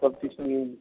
সব কিছু নিয়েই